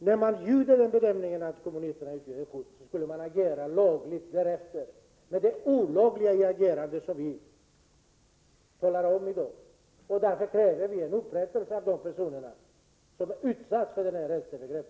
När man gjorde bedömningen att kommunisterna utgjorde ett hot skulle man ha agerat lagligt — det är olagligt att göra som man då gjorde och som vi har tagit upp till debatt i dag, och därför kräver vi en upprättelse av de personer som utsatts för detta rättsövergrepp.